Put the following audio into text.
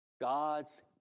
God's